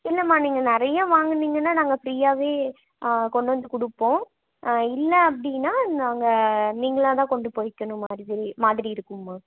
இல்லைம்மா நீங்கள் நிறைய வாங்குனிங்கன்னா நாங்கள் ஃப்ரீயாகவே கொண்டு வந்து கொடுப்போம் இல்லை அப்படின்னா நாங்கள் நீங்களாக தான் கொண்டு போயிக்கணும் மாதிரி மாதிரி இருக்குங்கம்மா